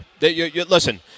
Listen